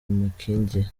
makindye